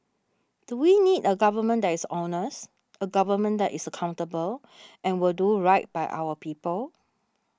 do we need a government that is honest a government that is accountable and will do right by our people